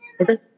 Okay